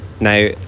now